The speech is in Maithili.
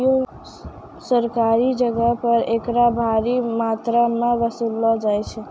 सरकारियो जगहो पे एकरा भारी मात्रामे वसूललो जाय छै